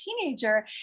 teenager